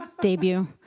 debut